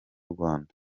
rwanda